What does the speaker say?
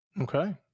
Okay